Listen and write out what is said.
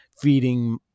feeding